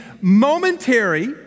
momentary